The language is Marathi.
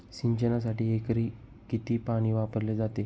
सिंचनासाठी एकरी किती पाणी वापरले जाते?